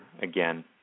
again